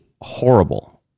horrible